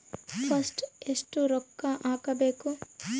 First ಎಷ್ಟು ರೊಕ್ಕ ಹಾಕಬೇಕು?